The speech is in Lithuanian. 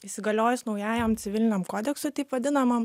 įsigaliojus naujajam civiliniam kodeksui taip vadinamam